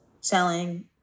selling